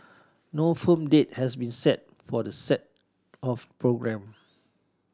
no firm date has been set for the set of programme